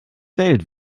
welt